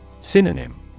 Synonym